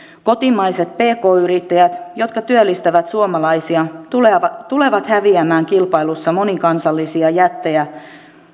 kotimaiset pk yrittäjät jotka työllistävät suomalaisia tulevat tulevat häviämään kilpailussa monikansallisia jättejä